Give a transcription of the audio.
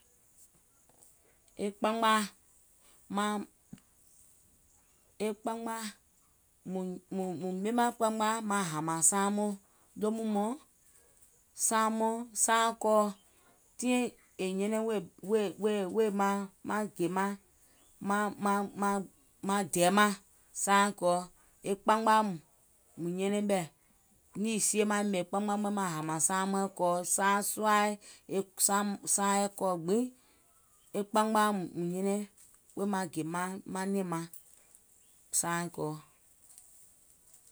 Mùŋ ɓèmàŋ kpamgbaà maŋ hàmàŋ saaŋ moo, lomùŋ mɔɔ̀ŋ, saaŋ moo, saàŋ kɔɔ, tii è nyɛnɛŋ wèè maŋ gè maŋ maŋ maŋ maŋ dɛɛmàŋ saàŋ kɔɔ, e kpamgbaà mùŋ nyɛnɛŋ ɓɛ̀, kpamgbaà. Nìì sie maŋ ɓèmè kpamgba mɔɛ̀ŋ kɔɔ, saaŋ suaì, e saìŋ kɔɔ gbìŋ, e kpamgbaà mùŋ nyɛnɛŋ wèè maaŋ gè manɛ̀ŋ maŋ saaìŋ kɔɔ.